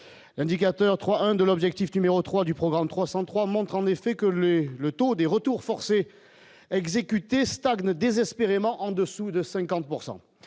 l'indicateur 3 1 de l'objectif numéro 3 du programme 303 montre en effet que le le taux des retours forcés exécuter stagne désespérément en-dessous de 50